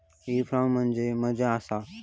E commerce म्हणजे मझ्या आसा?